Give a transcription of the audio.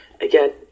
Again